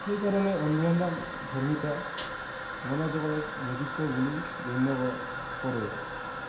সেইকাৰণে অন্ধসন্ধান ধৰ্মিতা মনোযোগৰ এক বৈশিষ্ট্য বুলি গণ্য কৰে